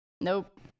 nope